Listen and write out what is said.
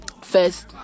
First